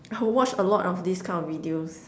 I will watch a lot of this kind of videos